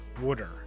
water